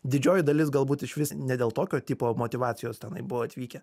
didžioji dalis galbūt išvis ne dėl tokio tipo motyvacijos tenai buvo atvykę